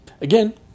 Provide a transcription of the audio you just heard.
again